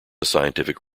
scientific